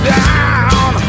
down